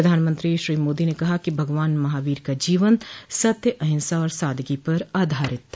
प्रधानमंत्री श्री मोदी ने कहा कि भगवान महावीर का जीवन सत्य अहिंसा और सादगी पर आधारित था